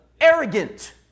Arrogant